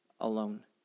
Alone